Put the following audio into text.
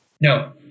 No